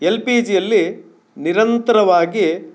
L P ಜಿಯಲ್ಲಿ ನಿರಂತರವಾಗಿ